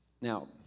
Now